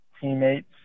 teammates